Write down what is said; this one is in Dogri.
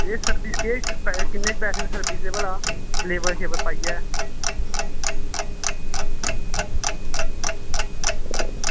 ते एह् सर्विस दे किन्ने पैसे न भला लेबर पाइयै